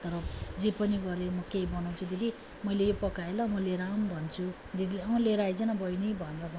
तर जे पनि गरे म केही बनाउँछु दिदी मैले यो पकाएँ ल म लिएर आऊँ भन्छु दिदीले लिएर आइज न बहिनी भनेर भन्नु हुन्छ